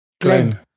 glenn